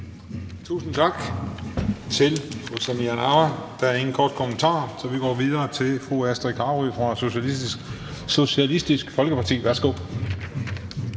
Tusind tak til fru Samira Nawa. Der er ingen korte bemærkninger, så vi går videre til fru Astrid Carøe fra Socialistisk Folkeparti. Værsgo.